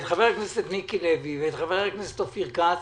את חבר הכנסת מיקי לוי ואת חבר הכנסת אופיר כץ